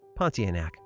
Pontianak